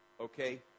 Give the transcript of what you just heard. okay